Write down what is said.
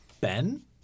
Ben